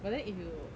but then if you